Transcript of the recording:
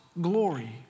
glory